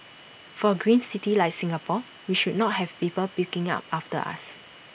for A green city like Singapore we should not have people picking up after us